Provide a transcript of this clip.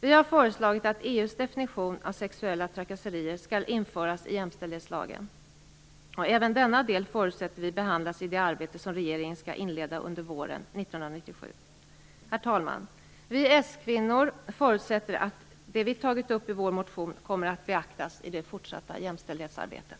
Vi har föreslagit att EU:s definition av sexuella trakasserier skall införas i jämställdshetslagen. Även denna del förutsätter vi behandlas i det arbete som regeringen skall inleda under våren 1997. Herr talman! Vi s-kvinnor förutsätter att det som vi har tagit upp i vår motion kommer att beaktas i det fortsatta jämställdhetsarbetet.